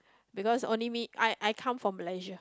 because only me I I come from Malaysia